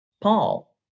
paul